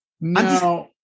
No